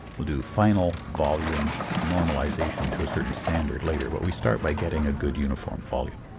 we'll do final volume normalization to a certain standard later but we start by getting a good uniform volume.